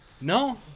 No